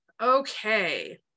Okay